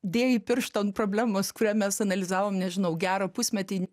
dėjai pirštą ant problemos kurią mes analizavom nežinau gerą pusmetį